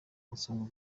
asanzwe